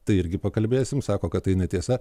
tai irgi pakalbėsim sako kad tai netiesa